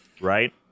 right